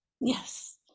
yes